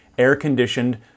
air-conditioned